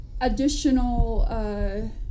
additional